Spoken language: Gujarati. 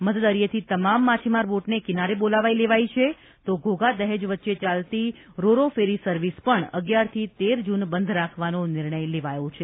મધદરિયેથી તમામ માછીમાર બોટને કિનારે બોલાવી લેવાઇ છે તો ઘોઘા દહેજ વચ્ચે ચાલતી રો રો ફેરી સર્વિસ પણ અગિયારથી તેર જુન બંધ રાખવા નિર્ણય લેવાયો છે